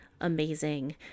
amazing